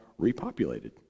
repopulated